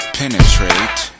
penetrate